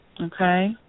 Okay